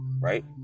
right